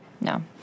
No